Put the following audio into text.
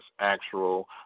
Actual